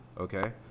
Okay